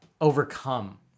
overcome